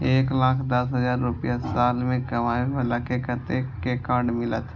एक लाख दस हजार रुपया साल में कमाबै बाला के कतेक के कार्ड मिलत?